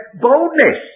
boldness